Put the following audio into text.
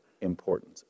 importance